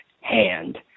hand